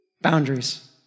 boundaries